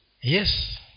Yes